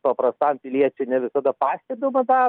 paprastam piliečiui ne visada pastebimą darbą